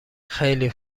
خیلی